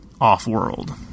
off-world